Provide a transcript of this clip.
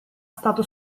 stato